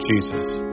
Jesus